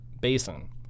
Basin